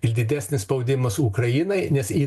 ir didesnis spaudimas ukrainai nes ji